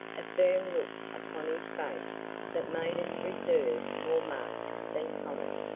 a firm look upon his face that made its reserve more marked than common.